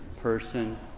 person